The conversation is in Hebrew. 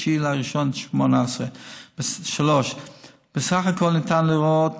ב-9 בינואר 2018. 3. בסך הכול ניתן לראות